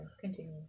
Continue